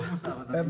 מוסב, אדוני.